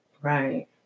right